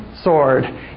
sword